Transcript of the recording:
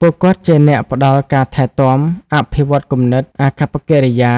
ពួកគាត់ជាអ្នកផ្តល់ការថែទាំ អភិវឌ្ឍគំនិត អាកប្បកិរិយា